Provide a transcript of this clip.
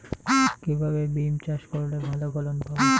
কিভাবে বিম চাষ করলে ভালো ফলন পাব?